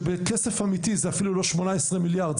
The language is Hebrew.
שבכסף אמיתי זה אפילו לא 18 מיליארד,